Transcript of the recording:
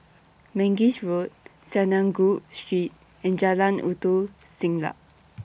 Mangis Road Synagogue Street and Jalan Ulu Siglap